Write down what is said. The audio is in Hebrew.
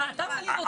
אתה מעליב אותי.